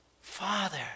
Father